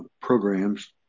programs